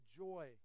joy